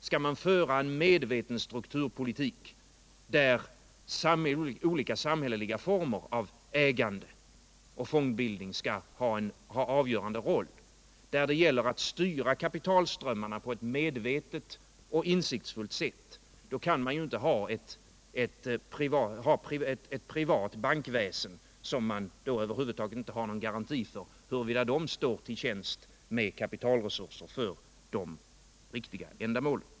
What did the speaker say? Skall man föra en medveten strukturpolitik, där olika samhälleliga former av iäigande och fondbildning skall ha avgörande roll, där det gäller att styra kapitalströmmarna på ett medvetet och insiktsfullt sätt, då kan man inte ha ett privat bankväsen, där man över huvud taget inte har någon garanti för huruvida bankerna står till tjänst med kapitalresurser för de riktiga ändamålen.